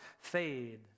fade